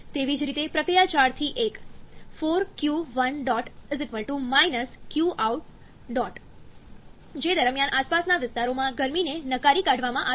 તેવી જ રીતે પ્રક્રિયા 4 થી 1 ₄q1 qout જે દરમિયાન આસપાસના વિસ્તારોમાં ગરમીને નકારી કાઢવામાં આવી રહી છે